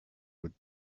would